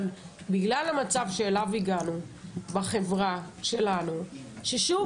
אבל בגלל המצב שאליו הגענו בחברה שלנו - ששוב,